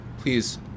please